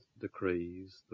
decrees